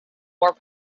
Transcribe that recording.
more